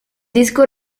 disco